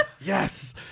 Yes